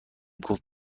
گفت